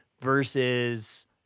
versus